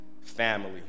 Family